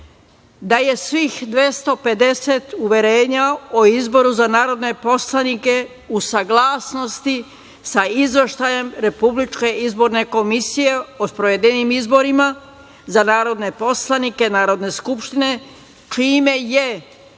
da je svih 250 uverenja o izboru za narodne poslanike u saglasnosti sa Izveštajem Republičke izborne komisije o sprovedenim izborima za narodne poslanike Narodne skupštine, čime je